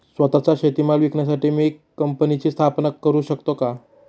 स्वत:चा शेतीमाल विकण्यासाठी मी कंपनीची स्थापना करु शकतो का?